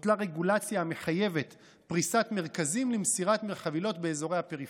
הוטלה רגולציה המחייבת פריבת מרכזים למסירת חבילות באזורי הפריפריה.